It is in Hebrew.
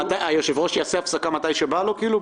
היושב-ראש יעשה הפסקה מתי שבא לו כאילו?